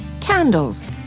candles